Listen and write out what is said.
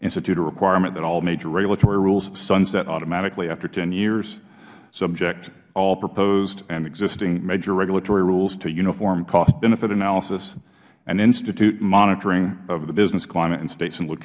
institute a requirement that all major regulatory rules sunset automatically after ten years subject all proposed and existing major regulatory rules to uniform cost benefit analysis and institute monitoring of the business climate in sta